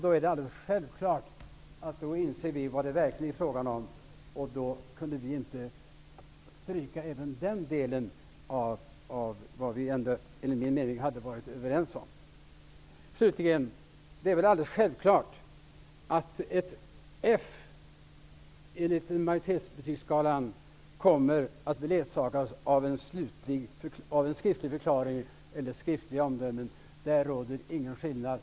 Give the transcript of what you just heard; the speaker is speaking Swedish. Det är självklart att vi då insåg vad det var fråga om, och då kunde vi inte stryka även den delen av det vi enligt min mening hade varit överens om. Slutligen: Det är väl självklart att ett F enligt majoritetens betygsskala kommer att beledsagas av en skriftlig förklaring eller skriftliga omdömen. På den punkten finns det ingen skillnad.